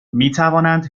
میتوانند